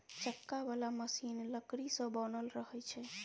चक्का बला मशीन लकड़ी सँ बनल रहइ छै